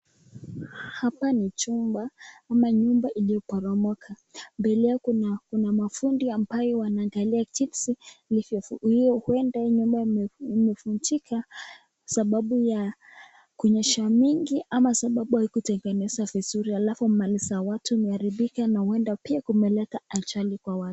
Hapa ni chumba ama nyumba iliyoporomoka. Mbele yao kuna mafundi ambao wanangaalia jinsi huenda hiyo nyumba imefunjika sababu ya kunyesha mingi ama sababu haikutengenezwa vizuri. Halafu mali za watu zimeharibika na huenda pia kumeleta ajali kwa watu.